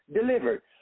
delivered